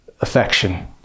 affection